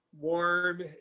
warm